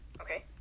Okay